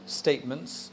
statements